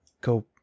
go